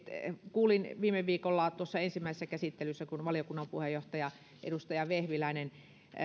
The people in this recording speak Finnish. kuulin viime viikolla tuossa ensimmäisessä käsittelyssä kun valiokunnan puheenjohtaja edustaja vehviläinen